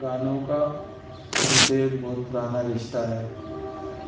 گانوں کا ہم سے ایک بہت پرانا رشتہ ہے